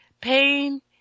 Pain